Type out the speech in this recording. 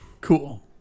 Cool